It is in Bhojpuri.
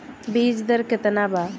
बीज दर केतना वा?